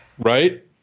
Right